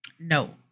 No